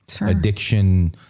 Addiction